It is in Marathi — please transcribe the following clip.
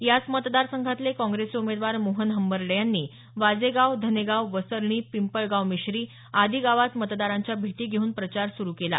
याच मतदार संघातले काँग्रेसचे उमेदवार मोहन हंबर्डे यांनी वाजेगाव धनेगाव वसरणी पिंपळगाव मीश्री आदी डावात मतदारांच्या भेटी घेऊन प्रचार सुरू केला